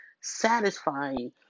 satisfying